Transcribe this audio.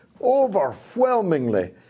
Overwhelmingly